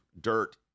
dirt